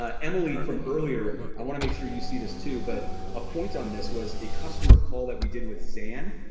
ah emily, from earlier, i wanna make sure you see this too, but a point on this was a customer call that we did with zan,